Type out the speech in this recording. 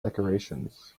decorations